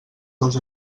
dos